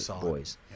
boys